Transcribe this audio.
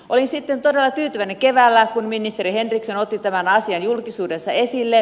olin sitten todella tyytyväinen keväällä kun ministeri henriksson otti tämän asian julkisuudessa esille